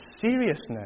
seriousness